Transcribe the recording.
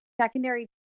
secondary